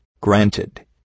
Granted